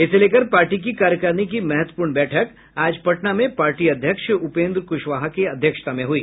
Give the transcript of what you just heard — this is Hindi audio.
इसे लेकर पार्टी की कार्यकारिणी की महत्वपूर्ण बैठक आज पटना में पार्टी अध्यक्ष उपेन्द्र कुशवाहा की अध्यक्षता में हुई